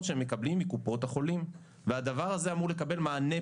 שהם מקבלים מקופות החולים והדבר הזה אמור לקבל מענה.